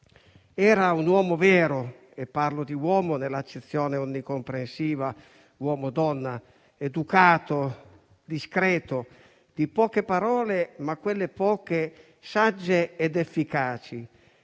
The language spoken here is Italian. Era un uomo vero e parlo di uomo nell'accezione onnicomprensiva di uomo e donna. Era educato e discreto; di poche parole, ma quelle poche erano sagge ed efficaci,